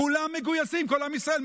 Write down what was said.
כולם מגויסים, כל עם ישראל.